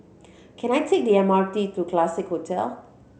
can I take the M R T to Classique Hotel